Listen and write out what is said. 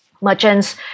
merchants